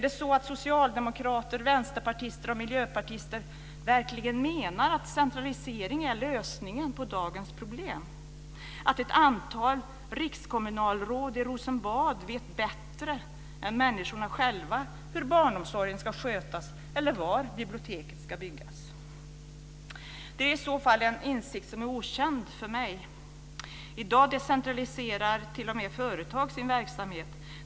Menar verkligen socialdemokrater, vänsterpartister och miljöpartister att centralisering är lösningen på dagens problem? Vet ett antal rikskommunalråd i Rosenbad bättre än människorna själva hur barnomsorgen ska skötas eller var biblioteket ska byggas? Det är i så fall en insikt som är okänd för mig. I dag decentraliserar t.o.m. företag sin verksamhet.